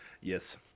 Yes